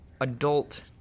adult